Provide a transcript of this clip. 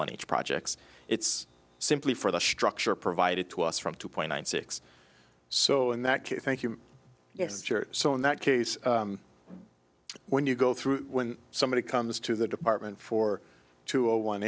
one each projects it's simply for the structure provided to us from two point nine six so in that q thank you yes your so in that case when you go through when somebody comes to the department for two a one